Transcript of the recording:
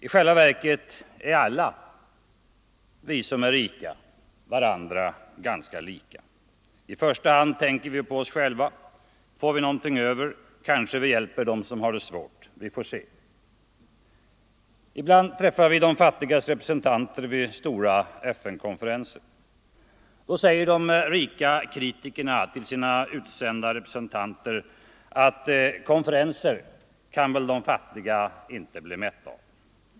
I själva verket är alla vi som är rika varandra ganska lika; i första hand tänker vi på oss själva. Får vi någonting över kanske vi hjälper dem som har det svårt. Vi får se. Ibland träffar vi de fattigas representanter vid stora FN-konferenser. Då säger de rika kritikerna till sina utsända representanter att konferenser kan de fattiga inte bli mätta av.